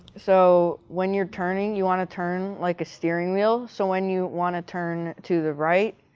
so, when you're turning, you wanna turn like a steering wheel so, when you wanna turn to the right,